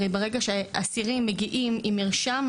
הרי ברגע שאסירים מגיעים עם מרשם,